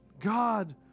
God